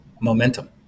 momentum